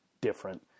different